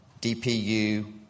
DPU